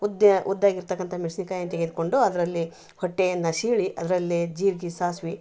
ಉದ್ಯ ಉದ್ದ ಆಗಿರ್ತಕ್ಕಂಥ ಮೆಣ್ಸಿನಕಾಯಿಯನ್ನ ತೆಗೆದುಕೊಂಡು ಅದರಲ್ಲಿ ಹೊಟ್ಟೆಯನ್ನ ಸೀಳಿ ಅದರಲ್ಲಿ ಜೀರಿಗೆ ಸಾಸುವೆ